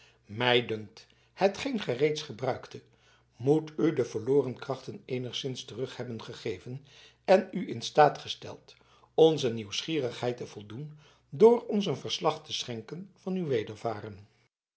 dunkt hetgeen gij reeds gebruiktet moet u de verloren krachten eenigszins terug hebben gegeven en u in staat gesteld onze nieuwsgierigheid te voldoen door ons een verslag te schenken van uw wedervaren